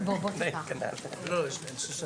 ננעלה בשעה